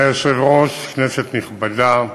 אדוני היושב-ראש, כנסת נכבדה,